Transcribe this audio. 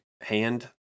hand